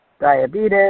diabetes